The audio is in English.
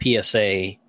PSA